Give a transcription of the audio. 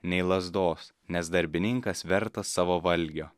nei lazdos nes darbininkas vertas savo valgio